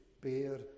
bear